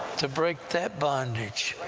to break that bondage!